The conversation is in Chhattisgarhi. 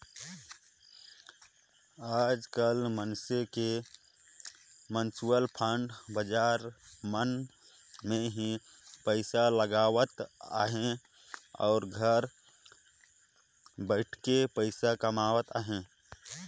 आएज काएल मइनसे मन म्युचुअल फंड बजार मन में ही पइसा लगावत अहें अउ घर बइठे पइसा कमावत अहें